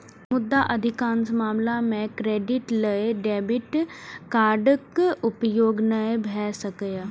मुदा अधिकांश मामला मे क्रेडिट लेल डेबिट कार्डक उपयोग नै भए सकैए